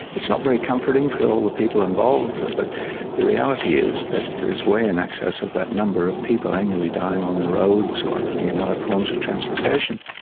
it's not very comforting for all the people involved but the reality is that there is way in excess of that number of people annually dying on the roads or in other forms of transportation.